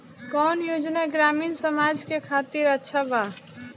कौन योजना ग्रामीण समाज के खातिर अच्छा बा?